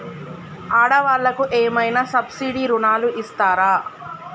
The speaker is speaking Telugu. ఆడ వాళ్ళకు ఏమైనా సబ్సిడీ రుణాలు ఇస్తారా?